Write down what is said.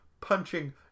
punching